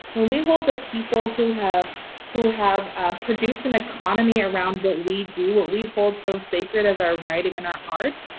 when we hold the people who have who have produced an economy around what we do, what we hold so say yet as our writing and our art,